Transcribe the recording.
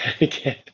again